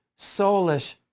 soulish